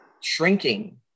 shrinking